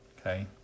okay